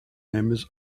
members